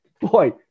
Boy